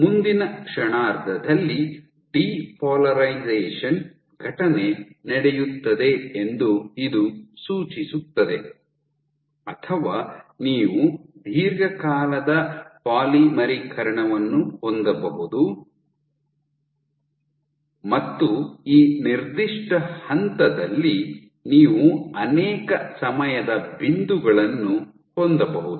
ಮುಂದಿನ ಕ್ಷಣಾರ್ಧದಲ್ಲಿ ಡಿಪೋಲರೈಸೇಶನ್ ಘಟನೆ ನಡೆಯುತ್ತದೆ ಎಂದು ಇದು ಸೂಚಿಸುತ್ತದೆ ಅಥವಾ ನೀವು ದೀರ್ಘಕಾಲದ ಪಾಲಿಮರೀಕರಣವನ್ನು ಹೊಂದಬಹುದು ಮತ್ತು ಈ ನಿರ್ದಿಷ್ಟ ಹಂತದಲ್ಲಿ ನೀವು ಅನೇಕ ಸಮಯದ ಬಿಂದುಗಳನ್ನು ಹೊಂದಬಹುದು